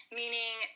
meaning